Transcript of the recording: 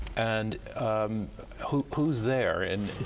and um who who is there? and